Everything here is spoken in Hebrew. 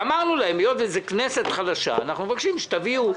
ואמרנו להם: היות וזו כנסת חדשה אנחנו מבקשים שתביאו את הבקשה.